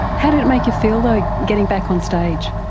how did it make you feel though, getting back on stage?